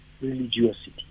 religiosity